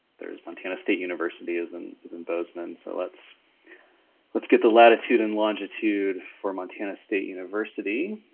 there is montana state university is and is in bozeman, so let's let's get the latitude and longitude for montana state university.